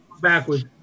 Backwards